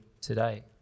today